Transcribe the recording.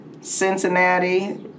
Cincinnati